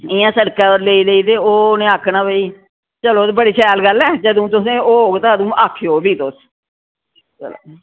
इ'यां सड़कै पर लेई लेई ते ओह् उनें आखना भई चलो बड़ी शैल गल्ल ऐ जदूं तुसें होग ते अदूं आखेओ फिरी तुस